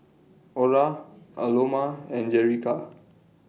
Orra Aloma and Jerica